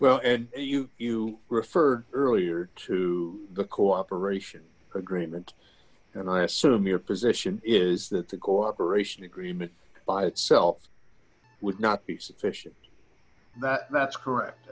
well and you you referred earlier to the cooperation agreement and i assume your position is that the cooperation agreement by itself would not be sufficient that that's correct